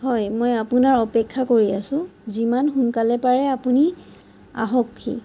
হয় মই আপোনাৰ অপেক্ষা কৰি আছোঁ যিমান সোনকালে পাৰে আপুনি আহওক